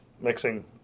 mixing